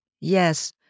Yes